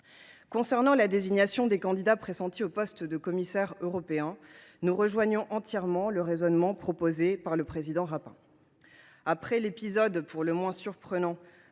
concerne la désignation des candidats pressentis au poste de commissaire européen, nous partageons entièrement le raisonnement du président Rapin. Après l’épisode, pour le moins surprenant,